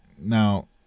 now